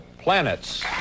Planets